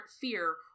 fear